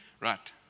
right